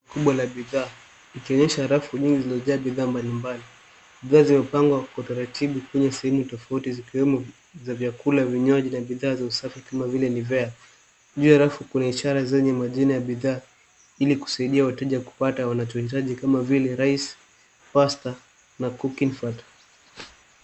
...kubwa la bidhaa ikionyesha rafu nyingi zilizojaa bidhaa mbalimbali. Bidhaa zimepangwa kwa utaratibu kwenye sehemu tofauti zikiwemo za vyakula, vinywaji na bidhaa za usafi kama vile Nivea. Juu ya rafu kuna chale zenye majina ya bidhaa ili kusaidia wateja kupata wanachohitaji kama vile Rice, Pasta na Cooking fat .